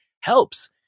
helps